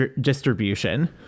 distribution